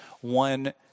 one